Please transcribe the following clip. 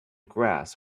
grass